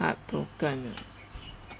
heartbroken